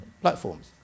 platforms